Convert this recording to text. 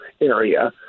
area